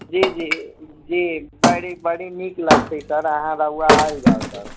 जी जी जी बड़ी बड़ी नीक लगते अहाँ रहुआ आयल जाउ सर